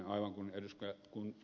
aivan kuin ed